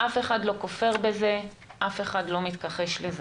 אף אחד לא כופר בזה, אף אחד לא מתכחש לזה,